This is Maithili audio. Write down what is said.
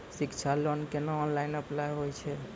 शिक्षा लोन केना ऑनलाइन अप्लाय होय छै?